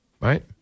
Right